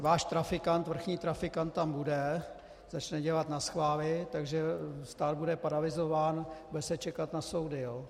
Váš trafikant, vrchní trafikant tam bude, začne dělat naschvály, takže stát bude paralyzován, bude se čekat na soudy, jo?